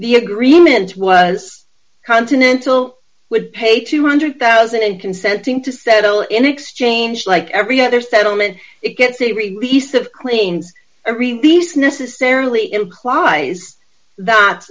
the agreement was continental would pay two hundred thousand consenting to settle in exchange like every other settlement it gets a release of claims every piece necessarily implies that